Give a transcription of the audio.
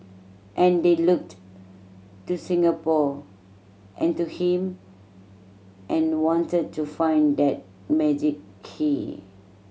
and they looked to Singapore and to him and wanted to find that magic key